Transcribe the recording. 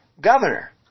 Governor